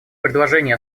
предложений